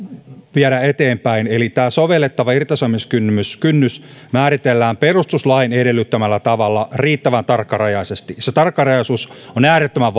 viedä eteenpäin eli tämä sovellettava irtisanomiskynnys määritellään perustuslain edellyttämällä tavalla riittävän tarkkarajaisesti se tarkkarajaisuus on äärettömän